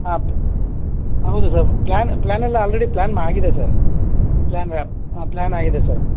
ಆಯ್ತು ಹೌದು sir plan ಪ್ಲ್ಯಾನೆಲ್ಲ ಆಲ್ರೆಡಿ ಪ್ಲ್ಯಾನ್ ಮ ಆಗಿದೆ ಸರ್ ಪ್ಲ್ಯಾನ್ ಹಾಂ ಪ್ಲ್ಯಾನ್ ಆಗಿದೆ ಸರ್